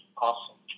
Awesome